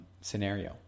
scenario